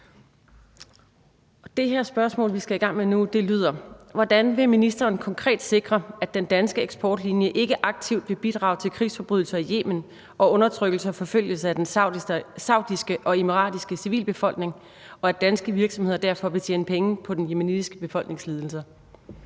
Det spørgsmål, vi skal i gang med nu, lyder: Hvordan vil ministeren konkret sikre, at den danske eksportlinje ikke aktivt vil bidrage til krigsforbrydelser i Yemen og undertrykkelse og forfølgelse af den saudiske og emiratiske civilbefolkning, og at danske virksomheder derfor vil tjene penge på den yemenitiske befolknings lidelser?